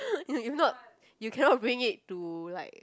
if if not you cannot bring it to like